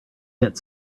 get